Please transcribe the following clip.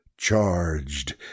Charged